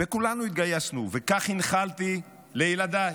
וכולנו התגייסנו, וכך הנחלתי לילדיי.